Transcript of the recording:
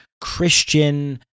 Christian